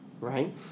Right